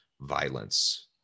violence